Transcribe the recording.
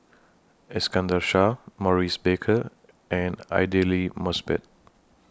Iskandar Shah Maurice Baker and Aidli Mosbit